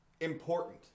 important